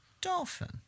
Dolphin